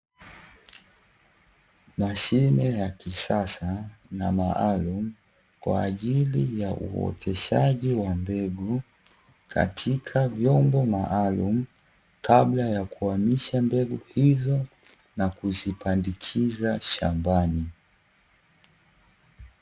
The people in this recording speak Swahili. Mashine ya kisasa na maalum, kwaajili ya uoteshaji wa mbegu katika vyombo maalumu, kabla ya kuhamisha mbegu hizo na kuzipandikiza shambani.